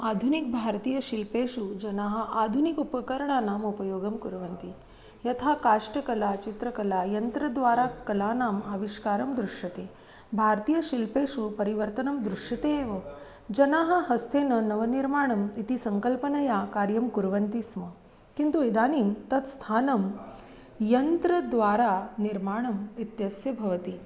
आधुनिकः भारतीयशिल्पेषु जनाः आधुनिकम् उपकरणानाम् उपयोगं कुर्वन्ति यथा काष्ठकला चित्रकला यन्त्रद्वारा कलानाम् आविष्कारं दृश्यते भारतीयशिल्पेषु परिवर्तनं दृश्यते एव जनाः हस्तेन नवनिर्माणम् इति सङ्कल्पनया कार्यं कुर्वन्ति स्म किन्तु इदानीं तत् स्थानं यन्त्रद्वारा निर्माणम् इत्यस्य भवति